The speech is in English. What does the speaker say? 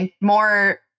more